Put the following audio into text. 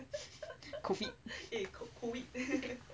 COVID